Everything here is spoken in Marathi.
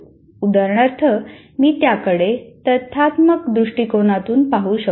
उदाहरणार्थ मी त्याकडे तथ्यात्मक दृष्टीकोनातून पाहू शकतो